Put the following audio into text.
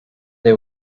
they